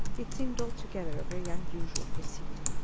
it seemed altogether a very unusual proceeding,